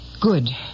Good